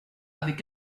avec